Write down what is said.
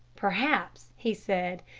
perhaps, he said,